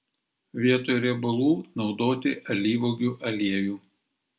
vietoj riebalų naudoti alyvuogių aliejų